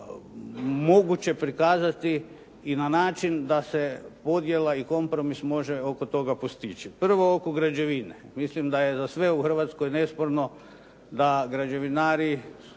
moguće prikazati i na način da se podjela i kompromis može oko toga postići. Prvo, oko građevine. Mislim da je za sve u Hrvatskoj nesporno da građevinari